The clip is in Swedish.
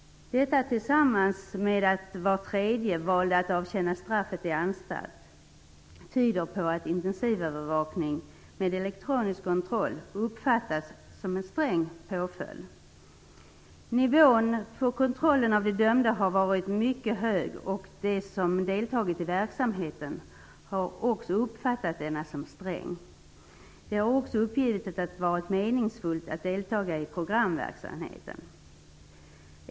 Detta tillsammans med att var tredje valde att avtjäna straffet i anstalt tyder på att intensivövervakning med elektronisk kontroll uppfattas som en sträng påföljd. Nivån på kontrollen av de dömda har varit mycket hög, och de som har deltagit i verksamheten har också uppfattat denna som sträng. De har också uppgivit att det har varit meningsfullt att delta i programverksamheten.